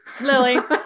Lily